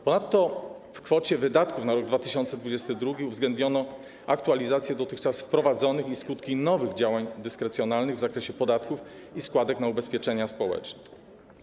Ponadto w kwocie wydatków na rok 2022 uwzględniono aktualizacje dotychczas wprowadzonych i skutki nowych działań dyskrecjonalnych w zakresie podatków i składek na ubezpieczenia społeczne.